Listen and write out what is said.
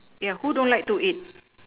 yeah who don't like to eat